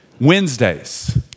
Wednesdays